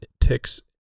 ticks